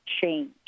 change